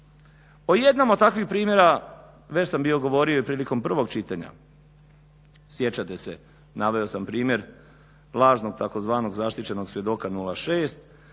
O jednom od takvih primjera već sam bio govorio i prilikom prvog čitanja. Sjećate se, naveo sam primjer lažnog tzv. zaštićenog svjedoka 06